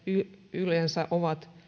yleensä ovat